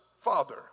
father